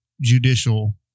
judicial